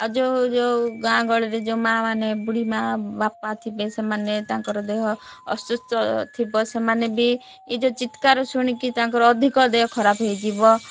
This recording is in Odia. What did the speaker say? ଆଉ ଯେଉଁ ଯେଉଁ ଗାଁ ଗହଳିରେ ଯେଉଁ ମାଆ ମାନେ ବୁଢ଼ୀମା ବାପା ଥିବେ ସେମାନେ ତାଙ୍କର ଦେହ ଅସୁସ୍ଥ ଥିବ ସେମାନେ ବି ଏ ଯେଉଁ ଚିତ୍କାର ଶୁଣିକି ତାଙ୍କର ଅଧିକ ଦେହ ଖରାପ ହୋଇଯିବ